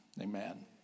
Amen